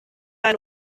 eine